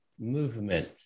movement